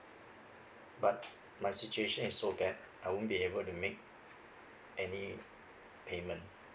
but my situation is so bad I won't be able to make any payment